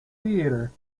theatre